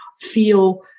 feel